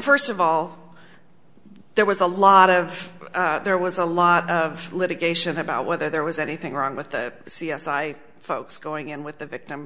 first of all there was a lot of there was a lot of litigation about whether there was anything wrong with the c s i folks going in with the victim